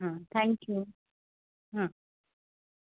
thank you